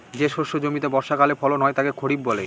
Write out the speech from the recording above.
যে শস্য জমিতে বর্ষাকালে ফলন হয় তাকে খরিফ বলে